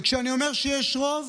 וכשאני אומר שיש רוב,